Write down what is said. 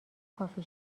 کافی